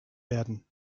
werden